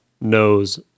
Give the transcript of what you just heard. knows